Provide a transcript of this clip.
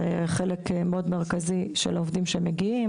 זה חלק מאוד מרכזי של עובדים שמגיעים,